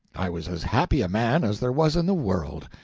i was as happy a man as there was in the world.